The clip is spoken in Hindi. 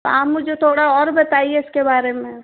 मैम मुझे थोड़ा और बताए इसके बारे में